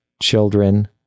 children